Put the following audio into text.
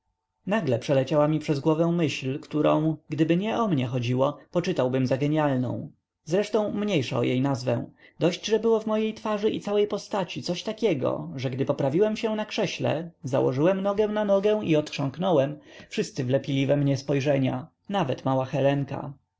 nagle przeleciała mi przez głowę myśl którą gdyby nie o mnie chodziło poczytałbym za genialną zresztą mniejsza o jej nazwę dość że było w mojej twarzy i całej postaci coś takiego że gdy poprawiłem się na krześle założyłem nogę na nogę i odchrząknąłem wszyscy wlepili we mnie spojrzenia nawet mała helenka